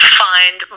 find